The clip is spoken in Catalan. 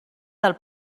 del